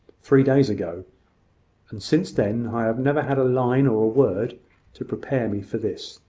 three days ago and since then, i have never had a line or a word to prepare me for this.